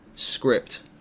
script